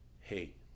hey